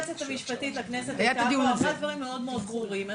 גם היועצת המשפטית של הכנסת הייתה ואמרה דברים מאוד מאוד ברורים.